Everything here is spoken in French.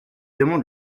demande